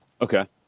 Okay